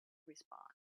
response